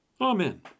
Amen